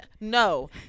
No